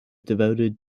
devoted